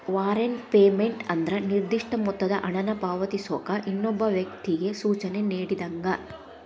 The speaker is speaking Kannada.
ವಾರೆಂಟ್ ಪೇಮೆಂಟ್ ಅಂದ್ರ ನಿರ್ದಿಷ್ಟ ಮೊತ್ತದ ಹಣನ ಪಾವತಿಸೋಕ ಇನ್ನೊಬ್ಬ ವ್ಯಕ್ತಿಗಿ ಸೂಚನೆ ನೇಡಿದಂಗ